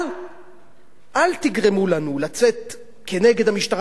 אל תגרמו לנו לצאת נגד המשטרה.